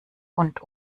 und